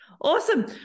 Awesome